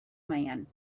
man